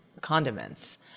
condiments